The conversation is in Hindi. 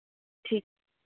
ठीक